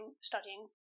studying